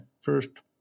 first